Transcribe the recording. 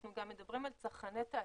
אנחנו גם מדברים על צרכני תעשייה,